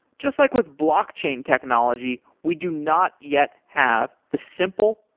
just like with blockchain technology, we do not yet have the simple,